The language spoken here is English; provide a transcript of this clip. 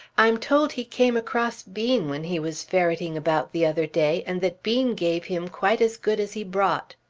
i'm told he came across bean when he was ferretting about the other day, and that bean gave him quite as good as he brought.